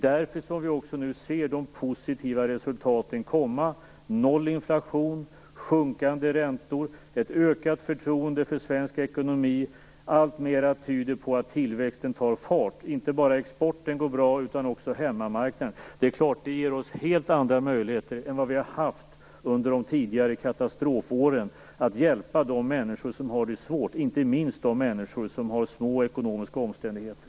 Därför kan man också nu se de positiva resultaten komma: noll inflation, sjunkande räntor och ett ökat förtroende för svensk ekonomi. Allt mer tyder på att tillväxten tar fart. Inte bara exporten går bra, utan också hemmamarknaden. Självfallet ger detta helt andra möjligheter än vad som funnits under de tidigare katastrofåren att hjälpa de människor som har det svårt - inte minst de människor som lever i små ekonomiska omständigheter.